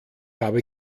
habe